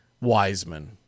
Wiseman